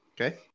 Okay